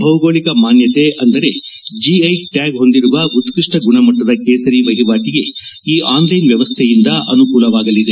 ಭೌಗೋಳಿಕ ಮಾನ್ನತೆ ಅಂದರೆ ಜಿಐ ಟ್ನಾಗ್ ಹೊಂದಿರುವ ಉತ್ತಷ್ಷ ಗುಣಮಟ್ಟದ ಕೇಸರಿ ವಹಿವಾಟಿಗೆ ಈ ಆನ್ಲೈನ್ ವ್ಯವಸ್ಥೆಯಿಂದ ಅನುಕೂಲವಾಗಲಿದೆ